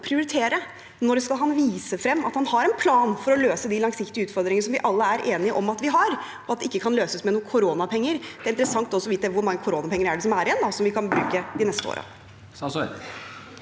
prioritere? Når skal han vise frem at han har en plan for å løse de langsiktige utfordringene som vi alle er enige om at vi har, og at de ikke kan løses med noen koronapenger? Det hadde også vært interessant å få vite hvor mange koronapenger som er igjen, og som vi kan bruke de neste årene.